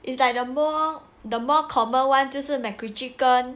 it's like the more the more common [one] 就是 macritchie 跟